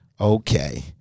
Okay